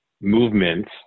movements